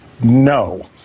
No